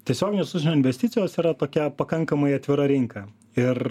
tiesioginės užsienio investicijos yra tokia pakankamai atvira rinka ir